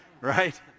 Right